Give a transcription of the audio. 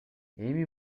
эми